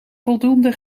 voldoende